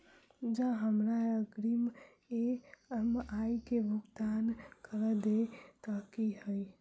जँ हमरा अग्रिम ई.एम.आई केँ भुगतान करऽ देब तऽ कऽ होइ?